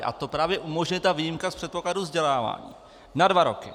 A to právě umožňuje ta výjimka z předpokladu vzdělávání na dva roky.